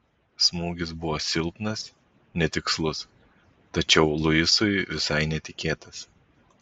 smūgis buvo silpnas netikslus tačiau luisui visai netikėtas